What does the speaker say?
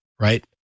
right